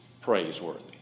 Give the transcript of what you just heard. praiseworthy